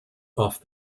off